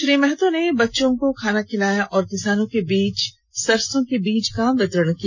श्री महतो ने बच्चों को खाना खिलाया और किसानों के बीच सरसों का बीज वितरण किया